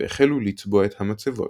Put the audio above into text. והחלו לצבוע את המצבות.